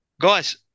Guys